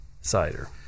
cider